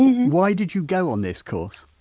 why did you go on this course?